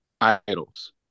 idols